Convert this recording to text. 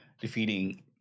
defeating